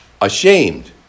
Ashamed